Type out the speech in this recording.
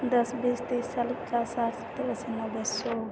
दस बीस तीस चालीस पचास साठि सत्तर अस्सी नब्बे सए